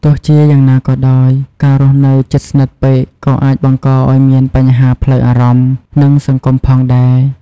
ទោះជាយ៉ាងណាក៏ដោយ ការរស់នៅជិតស្និទ្ធពេកក៏អាចបង្កឲ្យមានបញ្ហាផ្លូវអារម្មណ៍ និងសង្គមផងដែរ។